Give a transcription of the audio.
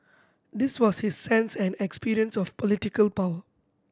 this was his sense and experience of political power